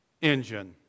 engine